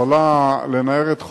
יכולה לנער את חוצנה,